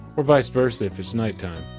or vice versa if it's nighttime.